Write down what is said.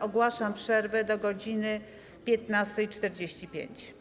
Ogłaszam przerwę do godz. 15.45.